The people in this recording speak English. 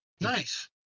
Nice